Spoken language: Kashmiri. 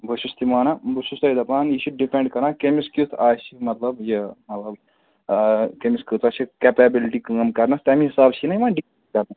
بےٕ چھُس تِہ مانان بہٕ چھُس تۄہہِ دَپان یہِ چھُ ڈِپٮ۪نٛڈ کَران کٔمِس کٮُ۪تھ آسہِ مطلب یہِ مطلب آ کٔمِس کۭژاہ چھِ کیپیبِلٹی کٲم کَرنَس تَمہِ حِساب چھِنہٕ یِوان ڈِپٮ۪نٛڈ کران